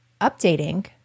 updating